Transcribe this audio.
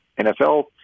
NFL